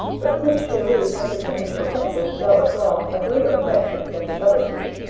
but prince cheri entertained for princess belle-etoile a greater affection than the other two.